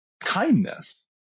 kindness